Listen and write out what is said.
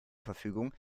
verfügung